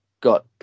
got